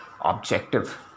objective